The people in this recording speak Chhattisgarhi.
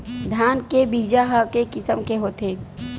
धान के बीजा ह के किसम के होथे?